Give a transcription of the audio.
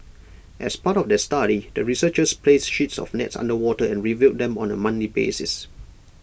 as part of their study the researchers placed sheets of nets underwater and reviewed them on A monthly basis